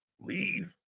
leave